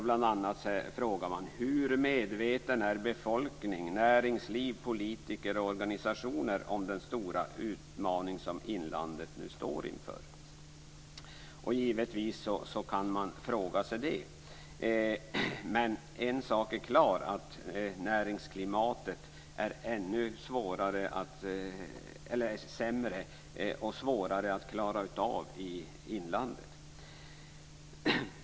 Bl.a. frågar man sig: Hur medvetna är befolkning, näringsliv, politiker och organisationer om den stora utmaning som inlandet nu står inför? Givetvis kan man fråga sig det. Men en sak är klar: Näringsklimatet är ännu sämre och svårare att klara av i inlandet.